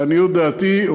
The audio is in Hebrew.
לעניות דעתי,